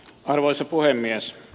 arvoisa puhemies